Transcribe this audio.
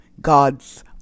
God's